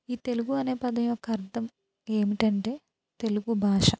ఈ తెలుగు అనే పదం యొక్క అర్థం ఏమిటంటే తెలుగు భాష